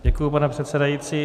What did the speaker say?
Děkuji, pane předsedající.